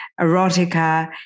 erotica